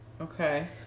Okay